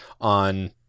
on